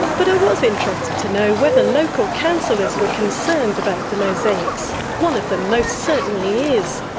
but i was interested to know whether local councillors were concerned about the mosaics. one of them most certainly is.